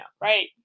Right